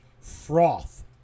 froth